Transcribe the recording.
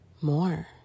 more